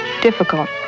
difficult